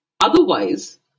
otherwise